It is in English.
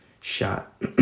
shot